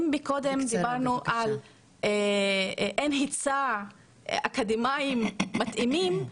אם קודם דיברנו שאין היצע אקדמאים מתאימים,